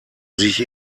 sich